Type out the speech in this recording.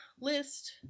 list